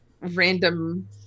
random